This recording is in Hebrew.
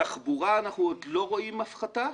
בתחבורה אנחנו עוד לא רואים הפחתה,